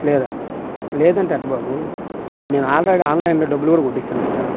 లేదా లేదంటే ఎలా బాబు మరి నేను ఆల్రెడీ ఆన్లైన్లో డబ్బులు కూడా కొట్టేసాను కదా